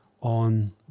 on